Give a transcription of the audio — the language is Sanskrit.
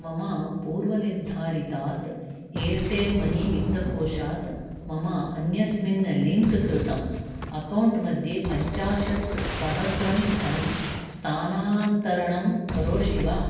मम पूर्वनिर्धारितात् एर्टेल् मनी वित्तकोषात् मम अन्यस्मिन् लिङ्क् कृतम् अक्कौण्ट् मध्ये पञ्चाशत्सहस्रं धनं स्थानान्तरणं करोषि वा